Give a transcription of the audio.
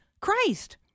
Christ